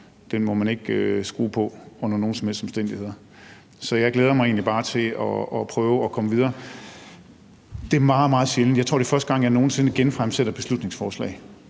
må man ikke skrue på, ikke under nogen som helst omstændigheder. Så jeg glæder mig egentlig bare til at prøve at komme videre. Det er meget, meget sjældent – jeg tror, det er første gang nogen sinde – at jeg genfremsætter beslutningsforslag,